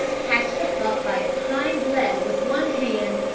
catch the pup by its hind-leg with one hand,